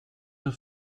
der